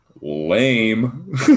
lame